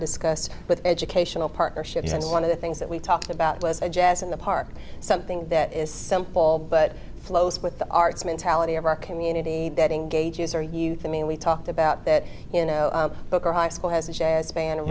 discussed with educational partnerships and one of the things that we talked about was a jazz in the park something that is simple but flows with the arts mentality of our community that engages or youth i mean we talked about that you know booker high school has a jazz band and